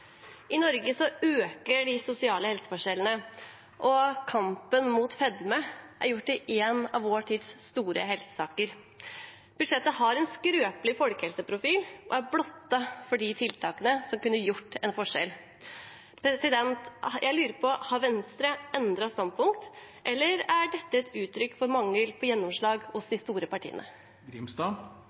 I Norge øker de sosiale helseforskjellene, og kampen mot fedme er gjort til en av vår tids store helsesaker. Budsjettet har en skrøpelig folkehelseprofil og er blottet for de tiltakene som kunne gjort en forskjell. Jeg lurer på: Har Venstre endret standpunkt, eller er dette et uttrykk for mangel på gjennomslag hos de store partiene?